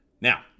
Now